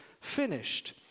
finished